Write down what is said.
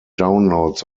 downloads